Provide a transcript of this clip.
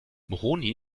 moroni